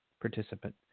participant